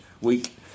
week